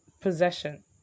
possession